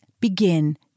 begin